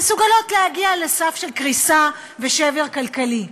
מסוגלות להגיע לסף של קריסה ושבר כלכלי.